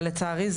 אבל לצערי,